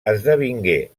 esdevingué